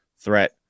threat